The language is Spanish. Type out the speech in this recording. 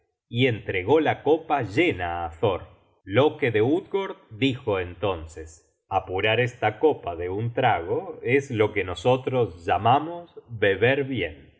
y entregó la copa llena á thor loke de utgord dijo entonces apurar esta copa de un trago es lo que nosotros llamamos beber bien